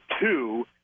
two